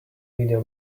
video